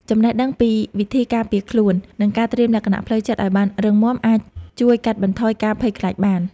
ចំណេះដឹងពីវិធីការពារខ្លួន និងការត្រៀមលក្ខណៈផ្លូវចិត្តឱ្យបានរឹងមាំអាចជួយកាត់បន្ថយការភ័យខ្លាចបាន។